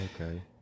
Okay